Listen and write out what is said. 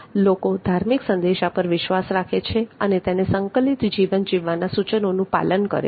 લોકો ધાર્મિક સંદેશા પર વિશ્વાસ રાખે છે અને તેને સંકલિત જીવન જીવવાના સૂચનોનું પાલન કરે છે